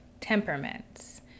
temperaments